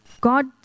God